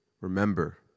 Remember